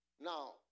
Now